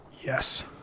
Yes